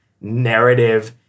narrative